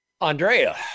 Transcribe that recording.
andrea